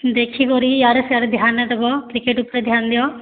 ଦେଖିକରି ଇଆଡ଼େ ସିଆଡ଼େ ଧ୍ୟାନ୍ ନାଇଦେବ କ୍ରିକେଟ୍ ଉପରେ ଧ୍ୟାନ୍ ଦିଅ